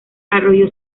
arroyo